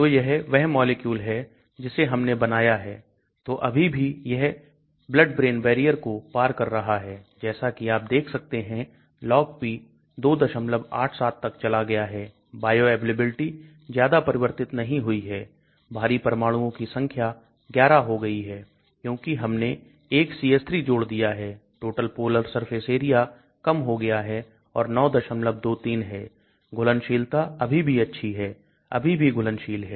तो यह वह मॉलिक्यूल है जिसे हमने बनाया है तो अभी भी यह BBB को पार कर रहा है जैसा कि आप देख सकते हैं LogP 287 तक चला गया है बायोअवेलेबिलिटी ज्यादा परिवर्तित नहीं हुई है भारी परमाणुओं की संख्या 11 हो गई है क्योंकि हमने 1 CH3 जोड़ दिया था total polar surface area कम हो गया है और 923 है घुलनशीलता अभी भी अच्छी है अभी भी घुलनशील है